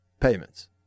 payments